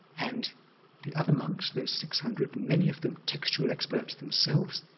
and the other monks, those six hundred, many of them textual experts themselves,